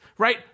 Right